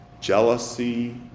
jealousy